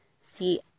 See